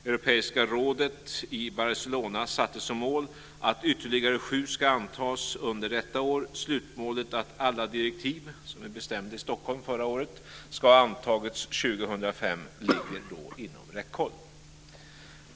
Europeiska rådet i Barcelona satte som mål att ytterligare sju ska antas under detta år. Slutmålet att alla direktiv som vi bestämde i Stockholm förra året ska ha antagits 2005 ligger inom räckhåll.